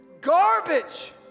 garbage